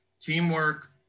teamwork